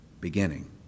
beginning